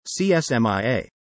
CSMIA